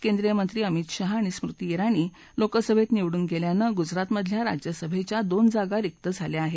केंद्रीय मंत्री अमित शहा आणि स्मृती जिणी लोकसभेत निवडून गेल्यानं गुजरातमधल्या राज्य सभेच्या दोन जागा रिक्त झाल्या आहेत